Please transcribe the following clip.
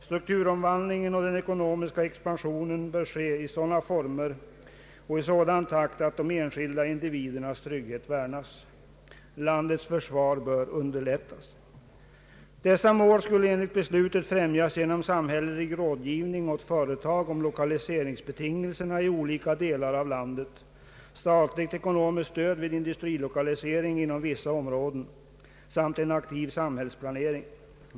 Strukturomvandlingen och den ekonomiska expansionen bör ske i sådana former och i sådan takt att de enskilda individernas trygghet värnas. Landets försvar bör underlättas. Dessa mål skulle enligt beslutet främjas genom samhällelig rådgivning åt företag om lokaliseringsbetingelserna i olika delar av landet, statligt ekonomiskt stöd vid industrilokalisering inom vissa områden samt en aktiv samhällsplanering.